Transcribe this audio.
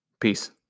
Peace